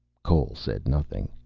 cole said nothing.